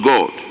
God